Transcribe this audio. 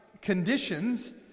conditions